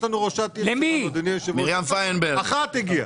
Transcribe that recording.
אחת הגיעה.